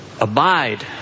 Abide